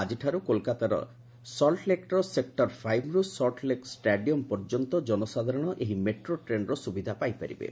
ଆଜିଠାରୁ କୋଲକାତାର ସଲ୍ଚଲେକ୍ର ସେକ୍ର ଫାଇଭ୍ରୁ ସଲ୍ଚଲେକ୍ ଷ୍ଟାଡିୟମ୍ ପର୍ଯ୍ୟନ୍ତ ଜନସାଧାରଣ ଏହି ମେଟ୍ରୋ ଟ୍ରେନ୍ର ସୁବିଧା ପାଇପାରିବେ